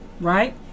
Right